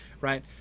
right